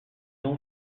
ont